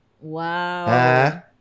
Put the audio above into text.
wow